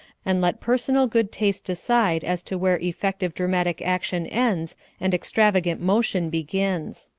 and let personal good taste decide as to where effective dramatic action ends and extravagant motion begins.